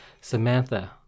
Samantha